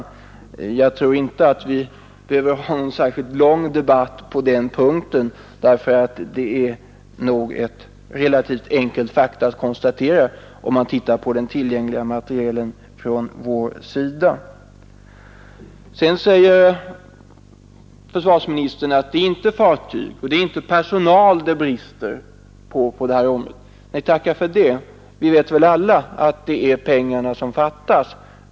Jag tror inte att vi behöver ha någon särskilt lång debatt på den punkten, ty det är enkelt att konstatera fakta, om man ser på den tillgängliga materielen på vår sida. Sedan säger försvarsministern att det inte är fartyg och personal som det råder brist på. Nej, tacka för det. Vi vet väl alla att det är pengarna som fattas.